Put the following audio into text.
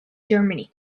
germany